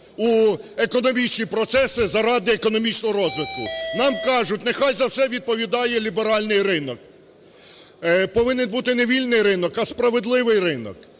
в економічні процеси заради економічного розвитку. Нам кажуть, нехай за це відповідає ліберальний ринок. Повинен бути не вільний ринок, а справедливий ринок.